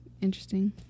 interesting